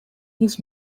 his